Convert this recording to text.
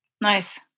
Nice